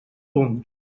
punts